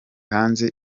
hanze